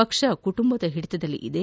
ಪಕ್ಷ ಕುಟುಂಬದ ಹಿಡಿತಯದಲ್ಲಿದೆ